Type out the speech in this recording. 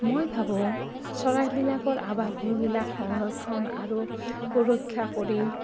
মই ভাবোঁ চৰাইবিলাকৰ আৱাস ভূমিবিলাক সংৰক্ষণ আৰু সুৰক্ষা কৰি